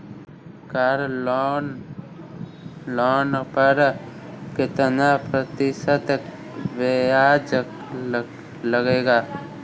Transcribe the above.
Car loan पर कितना प्रतिशत ब्याज लगेगा?